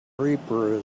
reaper